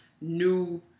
new